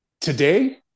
today